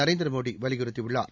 நரேந்திரமோடி வலியுறுத்தியுள்ளார்